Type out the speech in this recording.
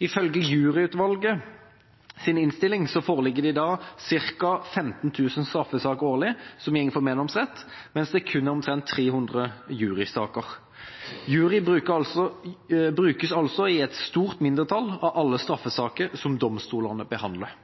Ifølge juryutvalgets innstilling foreligger det i dag ca. 15 000 straffesaker årlig som går for meddomsrett, mens det kun er omtrent 300 jurysaker. Jury brukes altså i et stort mindretall av alle straffesaker som domstolene behandler.